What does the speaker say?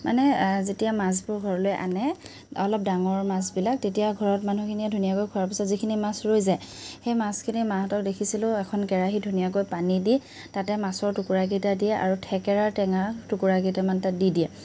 মানে যেতিয়া মাছবোৰ ঘৰলৈ আনে অলপ ডাঙৰ মাছবিলাক তেতিয়া ঘৰৰ মানুহখিনিয়ে খোৱাৰ পিছত যিখিনি মাছ ৰৈ যায় সেই মাছখিনি মাহঁতক দেখিছিলো এখন কেৰাহীত ধুনীয়াকৈ পানী দি তাতে মাছৰ টুকুৰাকেইটা দিয়ে আৰু থেকেৰাৰ টেঙা টুকুৰাকেইটামান তাত দি দিয়ে